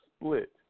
split